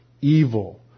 evil